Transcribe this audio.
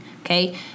okay